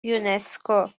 یونسکو